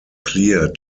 clear